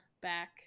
back